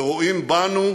שרואים בנו